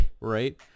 right